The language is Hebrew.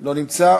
לא נמצאת.